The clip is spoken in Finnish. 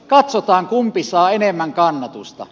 katsotaan kumpi saa enemmän kannatusta